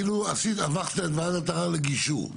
כאילו הפכת את ועדת ערער לגישור.